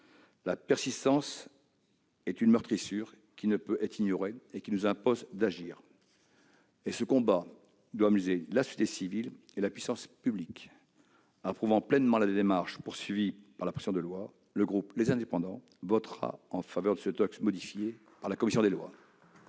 La persistance est une meurtrissure qui ne peut être ignorée et qui nous impose d'agir. Ce combat doit mobiliser la société civile et la puissance publique. Approuvant pleinement la démarche suivie par la commission des lois, le groupe Les Indépendants votera en faveur du texte de la commission.